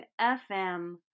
FM